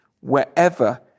wherever